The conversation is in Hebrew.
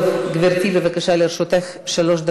טוב, גברתי, בבקשה, לרשותך שלוש דקות.